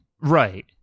Right